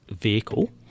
vehicle